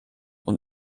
und